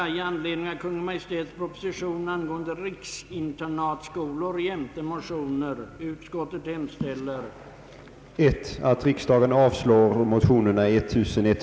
Hälften av antalet ledamöter i styrelsen för sådan skola skulle liksom ordföranden tillsättas av eller utses på förslag av Kungl. Maj:t.